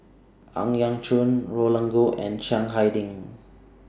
Ang Yau Choon Roland Goh and Chiang Hai Ding